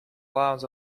laws